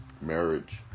marriage